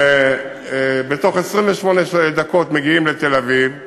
ובתוך 28 דקות מגיעים לתל-אביב,